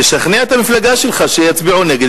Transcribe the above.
תשכנע את המפלגה שלך שיצביעו נגד.